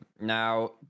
Now